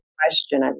question